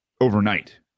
overnight